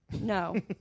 No